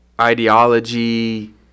ideology